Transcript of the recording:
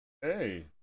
Hey